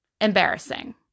embarrassing